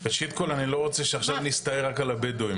ראשית כל אני לא רוצה שעכשיו נסתער רק על הבדואים.